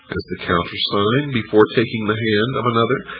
as the countersign, before taking the hand of another,